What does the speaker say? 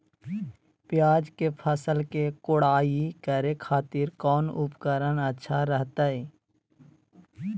प्याज के फसल के कोढ़ाई करे खातिर कौन उपकरण अच्छा रहतय?